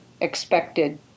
expected